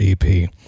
ep